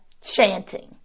chanting